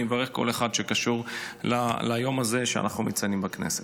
כל אחד שקשור ליום הזה שאנחנו מציינים בכנסת.